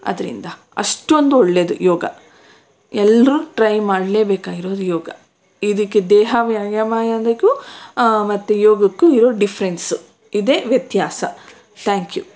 ಅದರಿಂದ ಅಷ್ಟೊಂದು ಒಳ್ಳೆಯದು ಯೋಗ ಎಲ್ಲರೂ ಟ್ರೈ ಮಾಡಲೇ ಬೇಕಾಗಿರೋದು ಯೋಗ ಇದಕ್ಕೆ ದೇಹ ವ್ಯಾಯಾಮ ಮತ್ತು ಯೋಗಕ್ಕೂ ಇರುವ ಡಿಫ್ರೆನ್ಸು ಇದೇ ವ್ಯತ್ಯಾಸ ಥ್ಯಾಂಕ್ ಯೂ